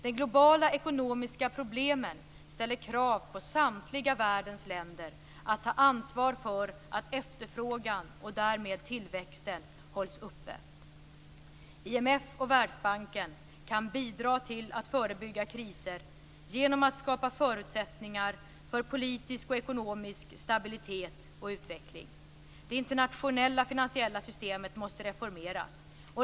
De globala ekonomiska problemen ställer krav på samtliga världens länder att ta ansvar för att efterfrågan och därmed tillväxten hålls uppe. IMF och Världsbanken kan bidra till att förebygga kriser genom att skapa förutsättningar för politisk och ekonomisk stabilitet och utveckling. Det internationella finansiella systemet måste reformeras.